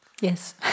Yes